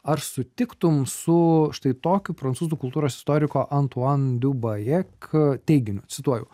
ar sutiktum su štai tokiu prancūzų kultūros istoriko antuan dubajek teiginiu cituoju